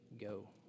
go